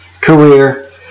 career